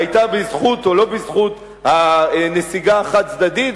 היתה בזכות או לא בזכות הנסיגה החד-צדדית,